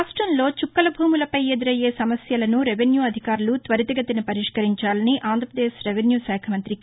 రాష్ట్రంలో చుక్కల భూములపై ఎదురయ్యే సమస్యలను రెవెన్యూఅధికారులు త్వరితగతిన పరిష్కరించాలని ఆంధ్రప్రదేశ్ రెవెన్యూకాఖ మంత్రి కే